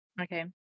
Okay